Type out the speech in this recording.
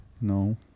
No